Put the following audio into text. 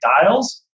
dials